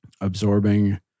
absorbing